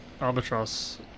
albatross